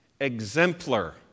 exemplar